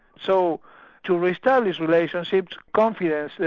so to re-establish relationships, confidence, yeah